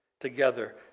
together